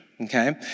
okay